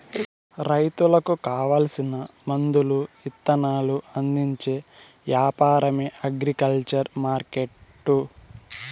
రైతులకు కావాల్సిన మందులు ఇత్తనాలు అందించే యాపారమే అగ్రికల్చర్ మార్కెట్టు